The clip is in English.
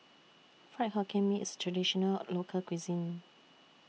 Fried Hokkien Mee IS A Traditional Local Cuisine